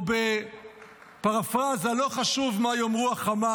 או בפרפראזה: לא חשוב מה יאמר חמאס,